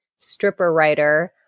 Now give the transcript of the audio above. stripperwriter